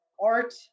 art